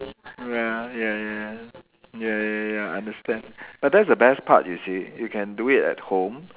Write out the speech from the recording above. ya ya ya ya ya ya ya ya I understand but that's the best part you see you can do it at home